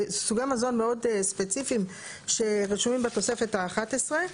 זה סוגי מזון מאוד ספציפיים שרשומים בתוספת האחת עשרה.